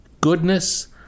goodness